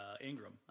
Ingram